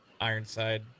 Ironside